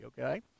okay